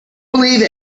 believe